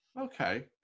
Okay